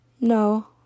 No